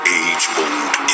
age-old